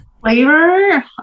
flavor